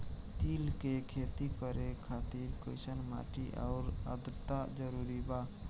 तिल के खेती करे खातिर कइसन माटी आउर आद्रता जरूरी बा?